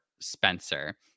Spencer